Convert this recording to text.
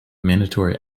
mandatory